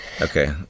Okay